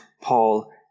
Paul